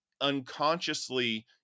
unconsciously